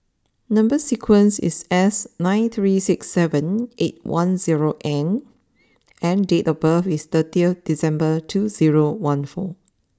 number sequence is S nine three six seven eight one zero N and date of birth is thirty December two zero one four